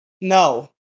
No